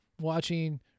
watching